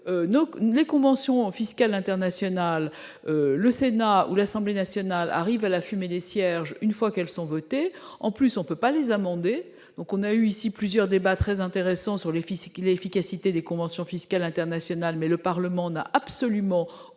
les conventions fiscales internationales, le Sénat et l'Assemblée nationale n'interviennent qu'à la fumée des cierges, une fois qu'elles ont été signées. Et elles ne peuvent pas être amendées ! Nous avons eu ici plusieurs débats très intéressants sur l'efficacité des conventions fiscales internationales. Toutefois, le Parlement n'a absolument aucune